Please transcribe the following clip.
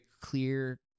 clear